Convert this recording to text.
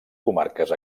comarques